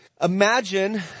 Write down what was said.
Imagine